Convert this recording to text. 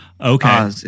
Okay